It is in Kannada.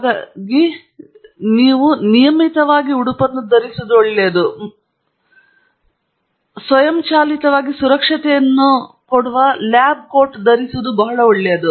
ಹಾಗಾಗಿ ನಿಯಮಿತವಾಗಿ ಧರಿಸುವುದು ಒಳ್ಳೆಯದು ಮತ್ತು ಉತ್ತಮವಾದ ಸಾಮಾನ್ಯ ವಸ್ತುಗಳು ನೀವು ಮೊದಲು ಮಾಡುತ್ತಿರುವ ಅನೇಕ ಸಂಗತಿಗಳಿಗೆ ಸ್ವಯಂಚಾಲಿತವಾಗಿ ಸುರಕ್ಷತೆಯನ್ನು ಬೆಳೆಸಿಕೊಳ್ಳುವ ಲ್ಯಾಬ್ ಕೋಟ್ ಧರಿಸುವುದು ಒಳ್ಳೆಯದು